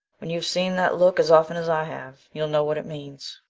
when you've seen that look as often as i have you'll know what it means.